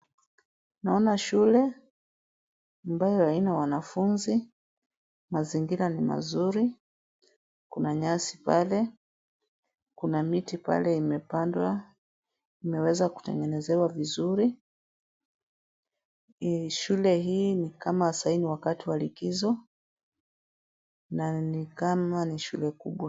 Naona shule ambayo haina wanafunzi. Mazingira ni mazuri. Kuna nyasi pale. Kuna miti pale imepandwa. Imeweza kutengenezewa vizuri. Shule hii ni kama saa hii ni wakati wa likizo na ni kama ni shule kubwa.